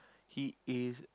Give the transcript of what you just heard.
he is